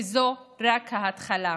וזו רק ההתחלה.